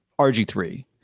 RG3